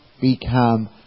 become